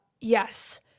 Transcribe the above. yes